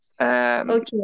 Okay